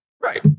right